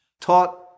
taught